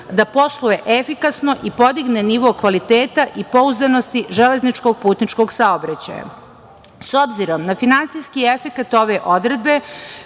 da posluje efikasno i podigne nivo kvaliteta i pouzdanosti železničkog i putničkog saobraćaja.S obzirom na finansijski efekat ove odredbe,